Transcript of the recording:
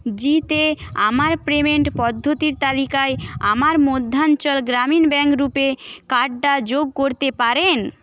জি তে আমার পেমেন্ট পদ্ধতির তালিকায় আমার মধ্যাঞ্চল গ্রামীণ ব্যাংক রূপে কার্ডটা যোগ করতে পারেন